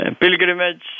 pilgrimage